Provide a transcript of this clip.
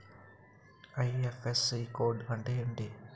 IFSC code అంటే ఏంటి?